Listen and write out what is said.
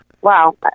Wow